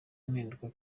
impinduka